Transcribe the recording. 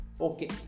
okay